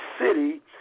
city